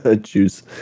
juice